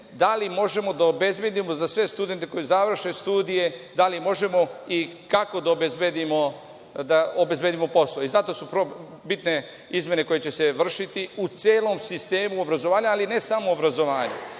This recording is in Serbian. da li možemo da obezbedimo za sve studente koji završe studije, da li možemo i kako da obezbedimo posao. Zato su bitne izmene koje će se vršiti u celom sistemu obrazovanja ali ne samo obrazovanja